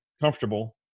comfortable